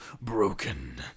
broken